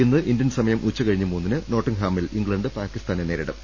ഇന്ന് ഇന്ത്യൻസമയം ഉച്ച കഴിഞ്ഞ് മൂന്നിന് നോട്ടിംഗ്ഹാമിൽ ഇംഗ്ലണ്ട് പാകിസ്ഥാനെ നേരിടും